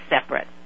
separate